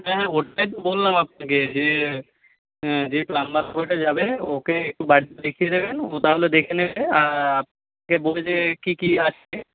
হ্যাঁ হ্যাঁ ওটাই তো বললাম আপনাকে যে যে প্লাম্বার বয়টা যাবে ওকে একটু বাড়িটা দেখিয়ে দেবেন ও তাহলে দেখে নেবে আর কী কী আছে